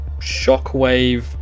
shockwave